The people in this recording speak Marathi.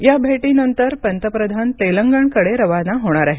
या भेटीनंतर पंतप्रधान तेलंगणकडे रवाना होणार आहेत